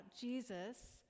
Jesus